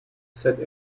set